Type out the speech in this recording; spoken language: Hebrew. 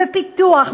בפיתוח,